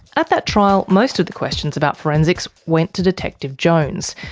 at that trial most of the questions about forensics went to detective jones.